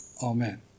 Amen